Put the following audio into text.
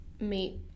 meet